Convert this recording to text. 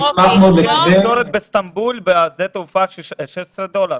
בשדה התעופה באיסטנבול זה 16 דולר.